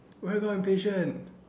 where got impatient